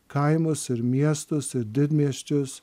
kaimus ir miestus ir didmiesčius